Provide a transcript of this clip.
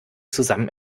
zusammen